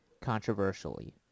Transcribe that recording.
controversially